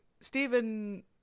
Stephen